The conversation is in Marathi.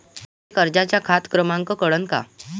मले कर्जाचा खात क्रमांक कळन का?